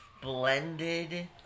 blended